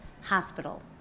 hospital